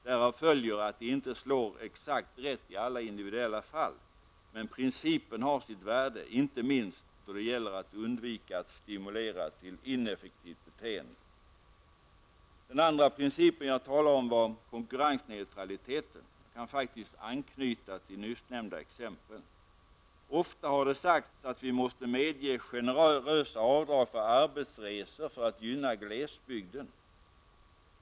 Därav följer att det inte slår exakt rätt i alla individuella fall, men principen har sitt värde inte minst då det gäller att undvika att stimulera till ineffektivt beteende. Den andra principen jag talade om var konkurrensneutraliteten. Jag kan faktiskt anknyta till nyssnämnda exempel. Ofta har det sagts att vi måste medge generösa avdrag för arbetsresor för att gynna glesbygden.